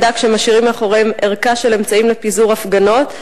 נטשו את העמדה כשהם משאירים מאחוריהם ערכה של אמצעים לפיזור הפגנות,